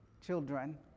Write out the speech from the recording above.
children